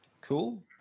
Cool